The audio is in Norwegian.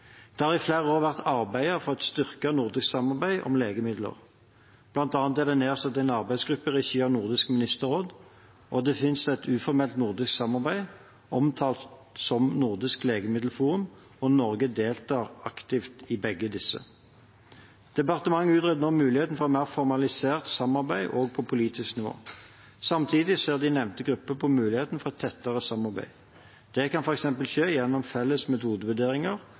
Det har i flere år vært arbeidet for et styrket nordisk samarbeid om legemidler. Blant annet er det nedsatt en arbeidsgruppe i regi av Nordisk ministerråd, og det finnes et uformelt nordisk samarbeid omtalt som Nordisk Lægemiddelforum. Norge deltar aktivt i begge disse. Departementet utreder nå mulighetene for et formalisert samarbeid også på politisk nivå. Samtidig ser de nevnte gruppene på muligheten for et tettere samarbeid. Det kan f.eks. skje gjennom felles metodevurderinger